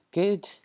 good